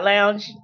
Lounge